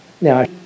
Now